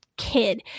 kid